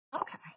Okay